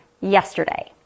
yesterday